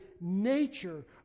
nature